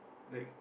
like